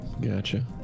gotcha